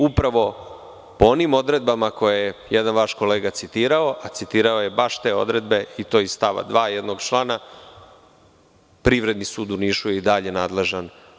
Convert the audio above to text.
Upravo po onim odredbama koje je jedan vaš kolega citirao, a citirao je baš te odredbe, i to iz stava 2. jednog člana, Privredni sud u Nišu je i dalje nadležan za područje AP KiM.